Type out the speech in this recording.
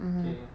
okay